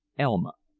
elma.